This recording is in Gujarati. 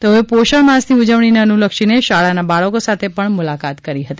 તેઓએ પોષણ માસની ઉજવણીને અનુલક્ષીને શાળાના બાળકો સાથે પણ મુલાકાત કરી હતી